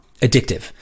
addictive